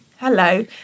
Hello